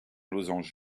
losange